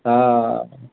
हा